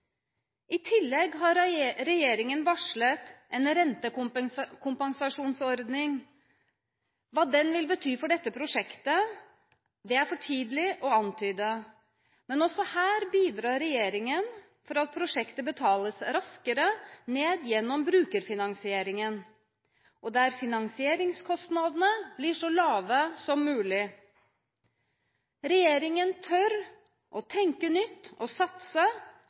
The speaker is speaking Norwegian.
I tillegg har regjeringen varslet en rentekompensasjonsordning. Hva den vil bety for dette prosjektet, er for tidlig å antyde, men også her bidrar regjeringen, slik at prosjektet betales raskere ned gjennom brukerfinansieringen, og der finansieringskostnadene blir så lave som mulig. Regjeringen tør å tenke nytt, satse og